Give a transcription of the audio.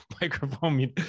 microphone